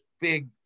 big